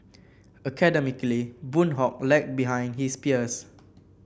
academically Boon Hock lagged behind his peers